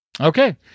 Okay